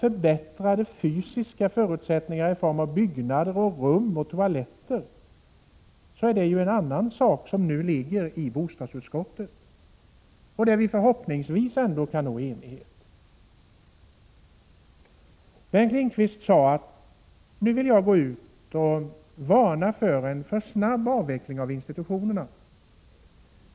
Förbättrade fysiska förutsättningar i form av byggnader, rum och toaletter är en annan fråga som nu ligger i bostadsutskottet och där vi förhoppningsvis ändå kan nå enighet. Bengt Lindqvist sade att han vill gå ut och varna för en för snabb avveckling avinstitutionerna.